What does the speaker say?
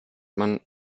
man